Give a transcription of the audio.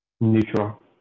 Neutral